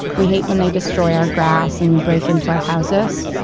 we hate when they destroy our grass and break into our houses.